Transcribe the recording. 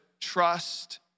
trust